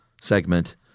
segment